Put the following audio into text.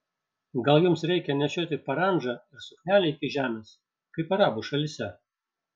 gal jums reikia nešioti parandžą ir suknelę iki žemės kaip arabų šalyse